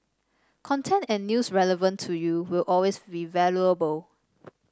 content and news relevant to you will always be valuable